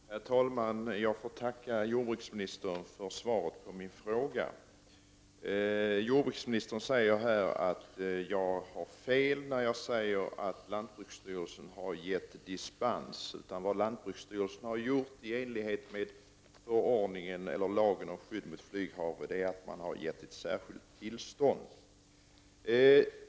Herr talman! Jag får tacka jordbruksministern för svaret på min fråga. Jordbruksministern säger att jag har fel när jag påstår att lantbruksstyrelsen har givit dispens. Det lantbruksstyrelsen har gjort, i enlighet med lagen om skydd mot flyghavre, är att man har givit ett särskilt tillstånd.